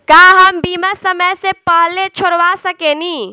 का हम बीमा समय से पहले छोड़वा सकेनी?